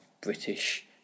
British